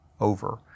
over